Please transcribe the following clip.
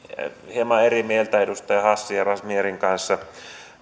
hieman eri mieltä edustaja hassin ja razmyarin kanssa